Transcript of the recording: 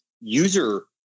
user